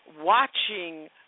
watching